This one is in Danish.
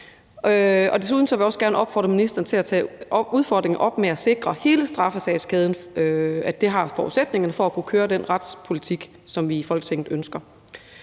Desuden vil jeg også gerne opfordre ministeren til tage udfordringen op med at sikre, at man i hele straffesagskæden har forudsætningerne for at kunne køre den retspolitik, som vi i Folketinget ønsker.